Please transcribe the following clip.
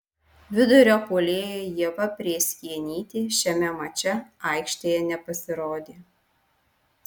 vidurio puolėja ieva prėskienytė šiame mače aikštėje nepasirodė